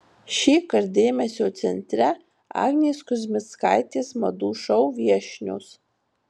šįkart dėmesio centre agnės kuzmickaitės madų šou viešnios